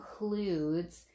includes